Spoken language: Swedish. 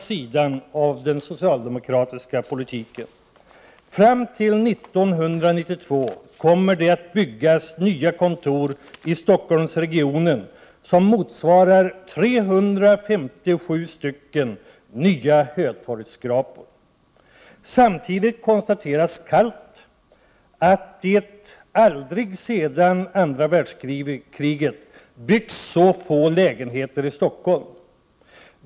1988/89:45 socialdemokratiska politiken. Fram till 1992 kommer det att byggas nya 14 december 1988 kontor i Stockholmsregionen, som motsvarar 357 nya Hötorgsskrapor. = foöojee ochi Samtidigt konstateras kallt att det aldrig har byggts så få lägenheter i Stockholm sedan världskriget.